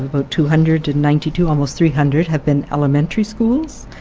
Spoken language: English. about two hundred and ninety two, almost three hundred, have been elementary schools.